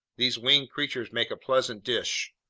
these winged creatures make a pleasant dish.